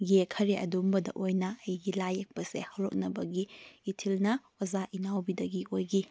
ꯌꯦꯛꯈꯔꯦ ꯑꯗꯨꯒꯨꯝꯕꯗ ꯑꯣꯏꯅ ꯑꯩꯒꯤ ꯂꯥꯏ ꯌꯦꯛꯄꯁꯦ ꯍꯧꯔꯛꯅꯕꯒꯤ ꯏꯊꯤꯜꯅ ꯑꯣꯖꯥ ꯏꯅꯥꯎꯕꯤꯗꯒꯤ ꯑꯣꯏꯈꯤ